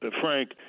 Frank